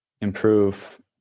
improve